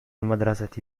المدرسة